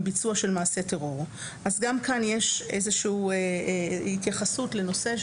ביצוע של מעשה טרור." גם כאן יש איזשהו התייחסות לנושא,